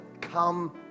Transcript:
come